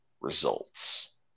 results